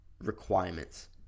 requirements